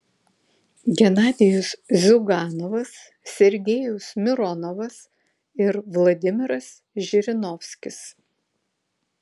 genadijus ziuganovas sergejus mironovas ir vladimiras žirinovskis